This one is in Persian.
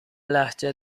لهجه